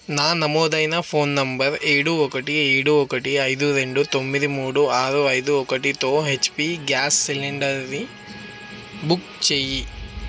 నా నమోదైన phone number ఏడు ఒకటి ఏడు ఒకటి ఐదు రెండు తొమ్మిది మూడు ఆరు ఐదు ఒకటితో హెచ్పి గ్యాస్ సిలిండర్ని బుక్ చెయ్యి